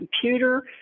computer